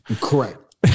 correct